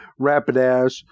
Rapidash